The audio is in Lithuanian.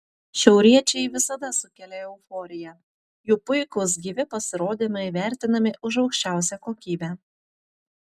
šiauriečiai visada sukelia euforiją jų puikūs gyvi pasirodymai vertinami už aukščiausią kokybę